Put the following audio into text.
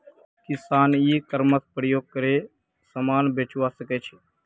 किसान e commerce प्रयोग करे समान बेचवा सकछे